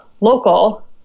local